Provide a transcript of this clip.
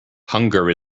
hunger